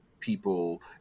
people